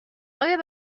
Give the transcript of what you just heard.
آیا